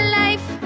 life